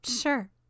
Sure